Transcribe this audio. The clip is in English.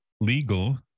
legal